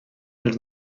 els